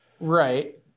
Right